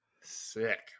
sick